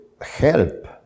help